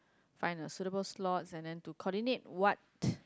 find a suitable slot and then to coordinate what